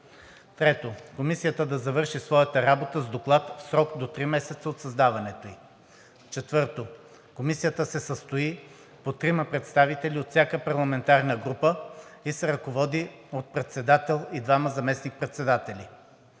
3. Комисията да завърши своята работа с доклад в срок до три месеца от създаването ѝ. 4. Комисията се състои от по трима представители от всяка парламентарна група и се ръководи от председател и двама заместник-председатели.